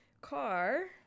car